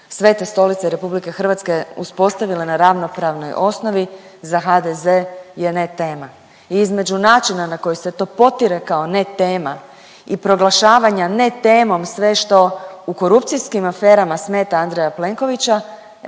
Svete Stolice i RH uspostavile na ravnopravnoj osnovi za HDZ je ne tema i između načina na koji se to potire kao ne tema i proglašavanja ne temom sve što u korupcijskim aferama smeta Andreja Plenkovića